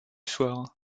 soir